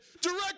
Direct